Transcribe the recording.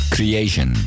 Creation